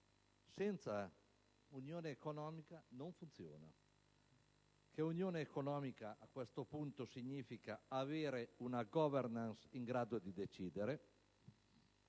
senza unione economica non funziona, che unione economica a questo punto significa avere una *governance* in grado di decidere,